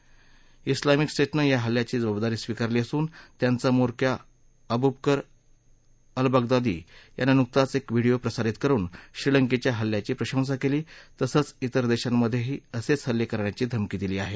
क्लामिक स्टेटनं या हल्ल्याची जबाबदारी स्वीकारली असून त्यांचा म्होरक्या अबूबकर अलबगदादी यानं नुकताच एक व्हिडिया प्रसारित करुन श्रीलंकेच्या हल्ल्याची प्रशंसा केली तसंच त्वेर देशांमधेही असेच हल्ले करण्याची धमकी दिली आहे